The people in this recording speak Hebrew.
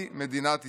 היא מדינת ישראל.